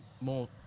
more